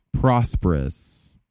prosperous